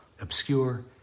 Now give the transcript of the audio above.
obscure